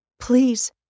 please